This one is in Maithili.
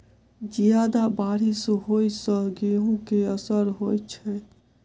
जियादा बारिश होइ सऽ गेंहूँ केँ असर होइ छै?